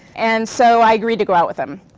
and so i agreed to go out with him.